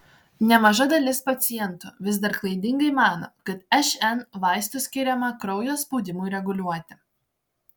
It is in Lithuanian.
nemaža dalis pacientų vis dar klaidingai mano kad šn vaistų skiriama kraujo spaudimui reguliuoti